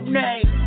name